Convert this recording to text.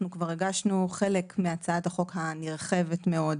אנחנו כבר הגשנו חלק מהצעת החוק הנרחבת מאוד.